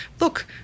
look